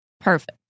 Perfect